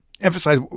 emphasize